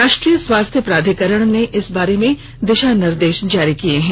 राष्ट्रीय स्वास्थ्य प्राधिकरण ने इस बारे दिशा निर्देश जारी किये हैं